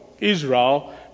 Israel